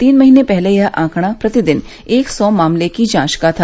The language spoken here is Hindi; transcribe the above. तीन महीने पहले यह आंकड़ा प्रतिदिन एक सौ मामलों की जांच का था